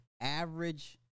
average